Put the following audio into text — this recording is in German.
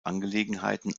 angelegenheiten